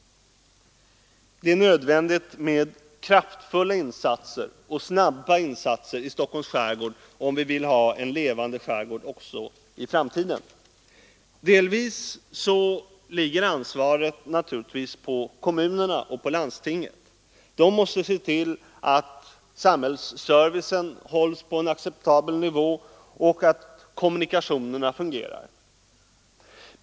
Det är nödvändigt med kraftfulla och snabba insatser i Stockholms skärgård om vi vill ha en levande skärgård även i framtiden. Delvis ligger ansvaret där på kommunerna och på landstinget. De måste se till att samhällsservicen hålls på en acceptabel nivå och att kommunikationerna fungerar.